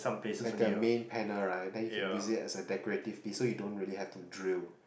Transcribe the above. like a main panel right then you can use it as a decorative disc so you don't really have to drill